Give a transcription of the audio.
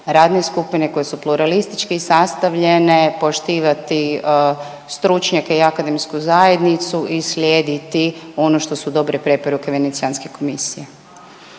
radne skupine koje su pluralistički sastavljene, poštivati stručnjake i akademsku zajednicu i slijediti ono što su dobre preporuke Venecijanske komisije.